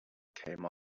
came